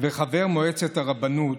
וחבר מועצת הרבנות,